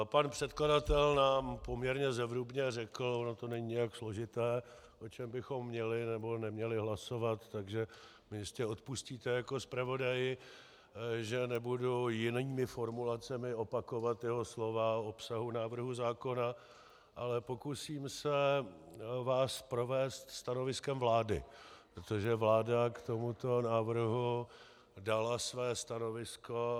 Pan předkladatel nám poměrně zevrubně řekl, ono to není nijak složité, o čem bychom měli nebo neměli hlasovat, takže mi jistě odpustíte jako zpravodaji, že nebudu jinými formulacemi opakovat jeho slova obsahu návrhu zákona, ale pokusím se vás provést stanoviskem vlády, protože vláda k tomuto návrhu dala své stanovisko.